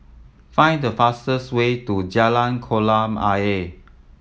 find the fastest way to Jalan Kolam Ayer